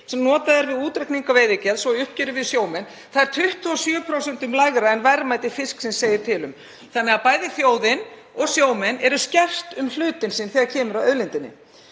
sem notað er við útreikninga veiðigjalds og uppgjör við sjómenn er 27% lægra en verðmæti fisksins segir til um. Þannig eru bæði þjóðin og sjómenn skert um hlutinn sinn þegar kemur að auðlindinni.